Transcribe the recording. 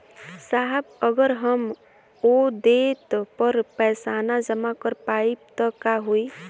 साहब अगर हम ओ देट पर पैसाना जमा कर पाइब त का होइ?